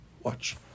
Watch